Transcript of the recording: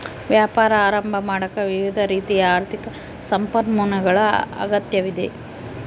ವ್ಯಾಪಾರ ಆರಂಭ ಮಾಡಾಕ ವಿವಿಧ ರೀತಿಯ ಆರ್ಥಿಕ ಸಂಪನ್ಮೂಲಗಳ ಅಗತ್ಯವಿದೆ